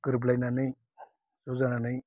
गोरोबलायनानै ज' जानानै